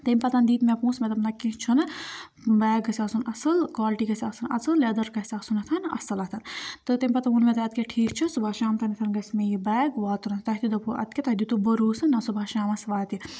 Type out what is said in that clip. تَمہِ پَتَن دِتۍ مےٚ پونٛسہٕ مےٚ دوٚپ نہ کینٛہہ چھُنہٕ بیگ گژھِ آسُن اَصٕل کالٹی گژھِ آسٕنۍ اَصٕل لیٚدَر گژھِ آسُنَتھ اَصٕل آتھَن تہٕ تَمہِ پَتہٕ ووٚن مےٚ تۄہہِ اَدٕ کیٛاہ ٹھیٖک چھُ سُہ واتہِ شام تانٮ۪تھ گَژھِ مےٚ یہِ بیگ واتُنَتھ تۄہہِ تہِ دوُپوُ اَدٕ کیٛاہ تۄہہِ دیُتوُ بروسہٕ نہ صُبحَس شامَس واتہِ یہِ